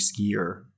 skier